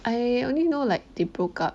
I only know like they broke up